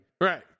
right